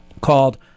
called